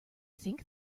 think